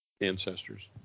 ancestors